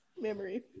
memory